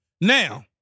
Now